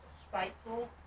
spiteful